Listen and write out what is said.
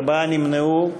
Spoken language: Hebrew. ארבעה נמנעו,